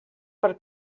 per